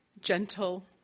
gentle